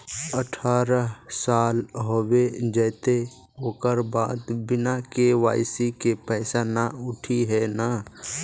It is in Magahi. अठारह साल होबे जयते ओकर बाद बिना के.वाई.सी के पैसा न उठे है नय?